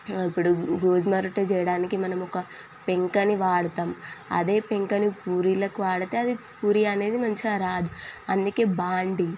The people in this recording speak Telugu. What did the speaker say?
ఇప్పుడు గోధుమ రొట్టె చేయడానికి మనము ఒక పెంకని వాడతాము అదే పెంకని పూరీలకు వాడితే అది పూరీ అనేది మంచిగా రాదు అందుకే బాండీ